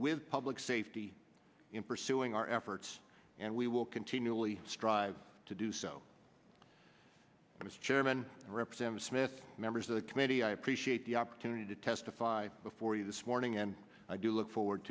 with public safety in pursuing our efforts and we will continually strive to do so and as chairman representative smith members of the committee i appreciate the opportunity to testify before you this morning and i do look forward